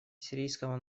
сирийского